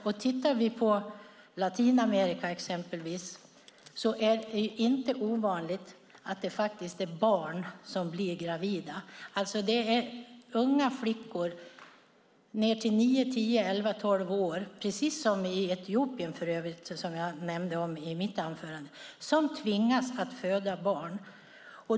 Om vi tittar på exempelvis Latinamerika är det inte ovanligt att det är barn som blir gravida. Det är unga flickor, ned till nio års ålder - för övrigt precis som i Etiopien, som jag nämnde i mitt anförande - som tvingas föda barn.